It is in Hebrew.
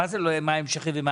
המשכי.